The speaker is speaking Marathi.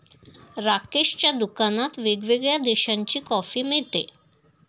राकेशच्या दुकानात वेगवेगळ्या देशांची कॉफी मिळते